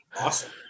Awesome